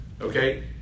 okay